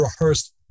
rehearsed